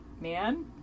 man